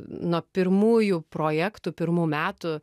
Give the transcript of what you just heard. nuo pirmųjų projektų pirmų metų